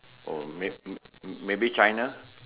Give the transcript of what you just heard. or may maybe China